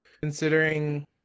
considering